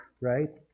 right